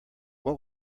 what